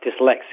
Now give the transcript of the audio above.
dyslexia